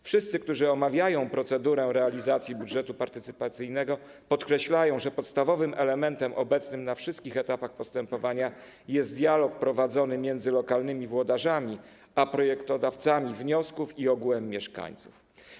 Wszyscy, którzy omawiają procedurę realizacji budżetu partycypacyjnego, podkreślają, że podstawowym elementem obecnym na wszystkich etapach postępowania jest dialog prowadzony między lokalnymi włodarzami a projektodawcami wniosków i ogółem mieszkańców.